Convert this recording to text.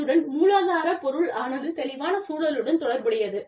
அத்துடன் மூலாதார பொருள் ஆனது தெளிவான சூழலுடன் தொடர்புடையது